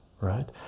right